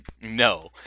No